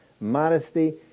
modesty